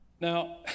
Now